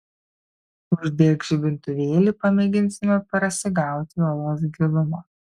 uždek žibintuvėlį pamėginsime prasigauti į olos gilumą